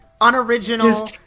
unoriginal